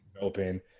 open